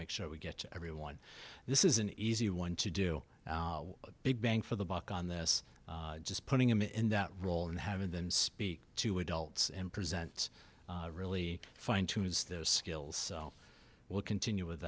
make sure we get everyone this is an easy one to do a big bang for the buck on this just putting him in that role and having them speak to adults and present really fine tune as those skills will continue with